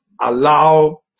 allow